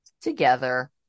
together